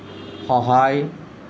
সহায়